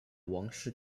王室